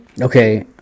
Okay